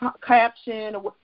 caption